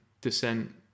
descent